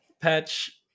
patch